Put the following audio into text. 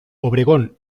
obregón